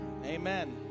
Amen